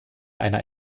einer